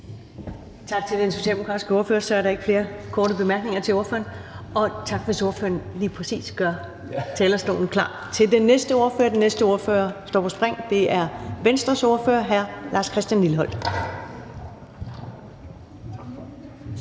Tak til den socialdemokratiske ordfører. Der er ikke flere korte bemærkninger til ordføreren. Tak for, at ordføreren lige gør talerstolen klar til den næste ordfører. Den næste ordfører står på spring, og det er Venstres ordfører, hr. Lars Christian Lilleholt.